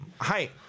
hi